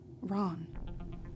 Ron